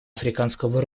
африканского